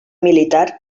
militar